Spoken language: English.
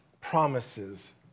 promises